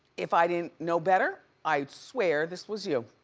if i didn't know better, i'd swear this was you.